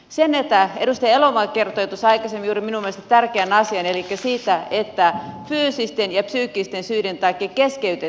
edustaja elomaa kertoi jo aikaisemmin juuri minun mielestäni tärkeän asian elikkä sen että fyysisten ja psyykkisten syiden takia keskeytetään armeija